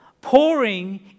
pouring